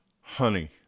honey